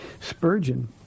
Spurgeon